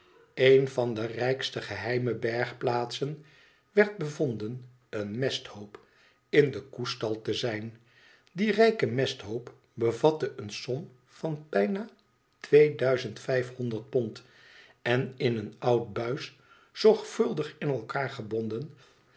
en van de rijkste geheime bergplaatsen werd bevonden een mesthoop in den koestal te zijn die rijke mesthoop bevatte een som van bijna twee duizend vijfhonderd pond en in een oud buis zorgvuldig in elkaar gebonden